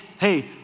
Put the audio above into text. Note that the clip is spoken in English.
hey